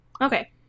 Okay